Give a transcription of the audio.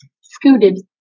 Scooted